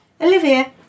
Olivia